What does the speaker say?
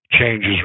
changes